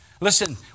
Listen